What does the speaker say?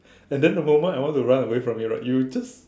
and then the moment I want to run away from you right you just